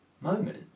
moment